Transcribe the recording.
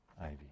Ivy